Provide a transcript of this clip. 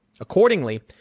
Accordingly